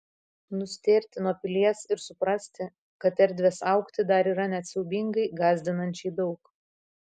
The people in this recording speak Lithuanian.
nustėrti nuo pilies ir suprasti kad erdvės augti dar yra net siaubingai gąsdinančiai daug